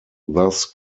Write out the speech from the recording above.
thus